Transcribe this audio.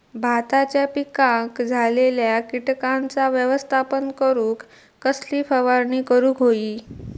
भाताच्या पिकांक झालेल्या किटकांचा व्यवस्थापन करूक कसली फवारणी करूक होई?